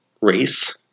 race